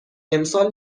امسال